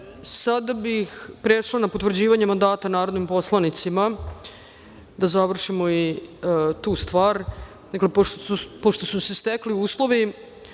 bih prešla na potvrđivanje mandata narodnim poslanicima, da završimo i to. Pošto